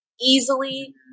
easily